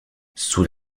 sous